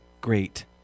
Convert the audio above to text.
Great